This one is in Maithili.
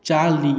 चालि